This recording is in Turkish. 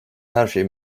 herşey